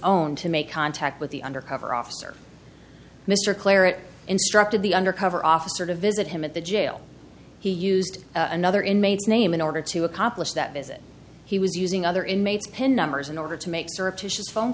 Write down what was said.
own to make contact with the undercover officer mr claridge instructed the undercover officer to visit him at the jail he used another inmate's name in order to accomplish that visit he was using other inmates pin numbers in order to make